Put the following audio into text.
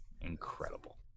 incredible